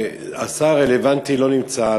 אני מוחה שהשר הרלוונטי לא נמצא,